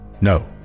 No